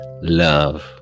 Love